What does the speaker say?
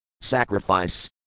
Sacrifice